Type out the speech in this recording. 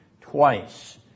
twice